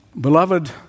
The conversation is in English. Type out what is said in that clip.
Beloved